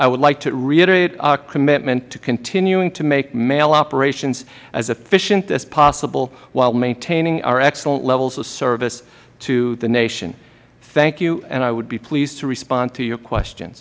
i would like to reiterate our commitment to continuing to make mail operations as efficient as possible while maintaining our excellent levels of service to the nation thank you and i would be pleased to respond to your question